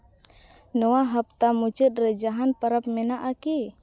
ᱱᱚᱣᱟ ᱦᱟᱯᱛᱟ ᱢᱩᱪᱟᱹᱫ ᱨᱮ ᱡᱟᱦᱟᱱ ᱯᱚᱨᱚᱵᱽ ᱢᱮᱱᱟᱜᱼᱟ ᱠᱤ